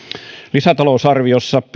lisätalousarviossa